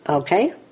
Okay